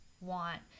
want